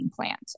plant